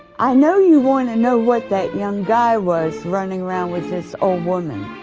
i know you want to know what that young guy was running around with this old woman.